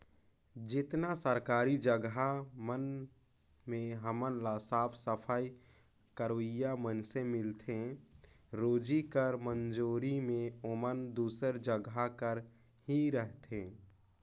जेतना सरकारी जगहा मन में हमन ल साफ सफई करोइया मइनसे मिलथें रोजी कर मंजूरी में ओमन दूसर जगहा कर ही रहथें